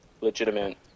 legitimate